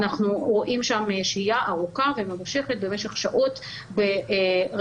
אנחנו רואים שם שהייה ארוכה וממושכת במשך שעות ברכב